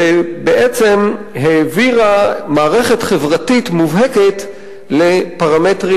ובעצם העבירה מערכת חברתית מובהקת לפרמטרים